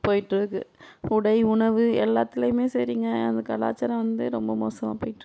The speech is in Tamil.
போயிகிட்டு இருக்கு உடை உணவு எல்லாத்துலையுமே சரிங்க அந்த கலாச்சாரம் வந்து ரொம்ப மோசமாக போயிகிட்டு